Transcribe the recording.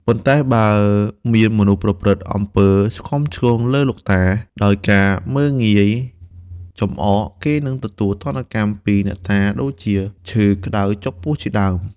ប៉ុន្តែបើមានមនុស្សប្រព្រឹត្តអំពើឆ្គាំឆ្គងលើលោកតា ដោយការមើលងាយ ចំអក គេនឹងទទួលទណ្ឌកម្មពីអ្នកតា ដូចជាឈឺក្តៅចុកពោះជាដើម។